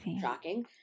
shocking